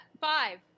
five